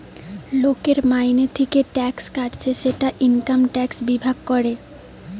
লোকের মাইনে থিকে ট্যাক্স কাটছে সেটা ইনকাম ট্যাক্স বিভাগ করে